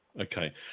Okay